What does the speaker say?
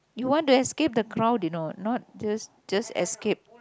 you want to escape the crowd you know not just just escape